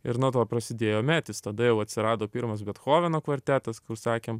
ir nuo to prasidėjo metis tada jau atsirado pirmas bethoveno kvartetas kur sakėm